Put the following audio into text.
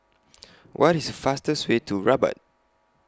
What IS The fastest Way to Rabat